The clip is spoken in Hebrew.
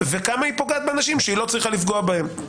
וכמה פוגעת באנשים שלא צריכה לפגוע בהם,